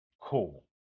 cool